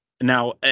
Now